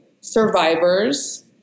survivors